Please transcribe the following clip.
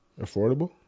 affordable